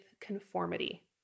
conformity